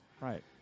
right